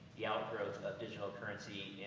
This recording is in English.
the outgrowth of digital currency